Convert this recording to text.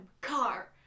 car